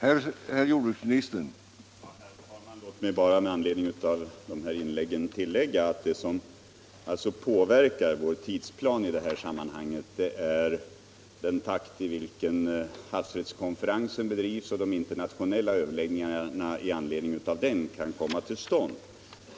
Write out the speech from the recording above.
Herr talman! Jag vill bara i anledning av dessa inlägg tillägga att vad som påverkar vår tidsplan i detta sammanhang är den takt i vilken havsrättskonferensen bedrivs och när de internationella överläggningarna i anledning av den kan komma till stånd.